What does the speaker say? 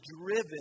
driven